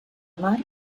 mar